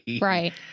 Right